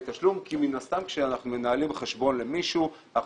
תשלום כי מן הסתם כשאנחנו מנהלים חשבון למישהו אנחנו